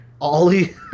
Ollie